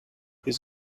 his